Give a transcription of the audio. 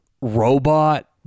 robot